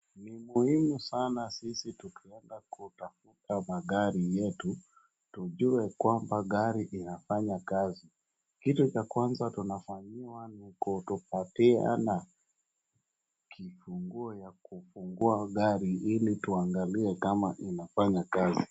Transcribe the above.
Ni muhimu sana sisi tukiweza kutafuta magari yetu tujue kwamba gari inafanya kazi. Kitu cha kwanza tunafanyiwa ni kutupatia na kifunguo ya kufungua gari ili tuangalie kama inafanya kazi.